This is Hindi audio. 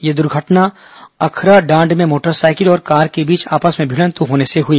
यह दुर्घटना अखराडांड में मोटरसाइकिल और कार के बीच आपस में भिडंत होने से हुई